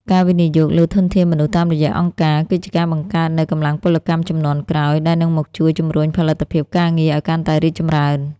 ការវិនិយោគលើធនធានមនុស្សតាមរយៈអង្គការ គឺជាការបង្កើតនូវ "កម្លាំងពលកម្មជំនាន់ក្រោយ" ដែលនឹងមកជួយជំរុញផលិតភាពការងារឱ្យកាន់តែរីកចម្រើន។